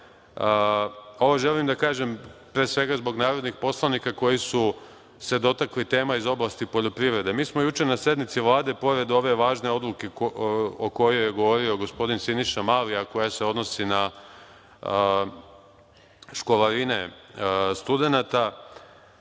ovo želim da kažem pre svega zbog narodnih poslanika koji su se dotakli tema iz oblasti poljoprivrede, mi smo juče na sednici Vlade, pored ove važne odluke o kojoj je govorio gospodin Siniša Mali, a koja se odnosi na školarine studenata,